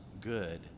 good